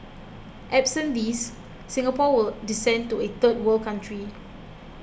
absent these Singapore will descend to a third world country